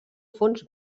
fons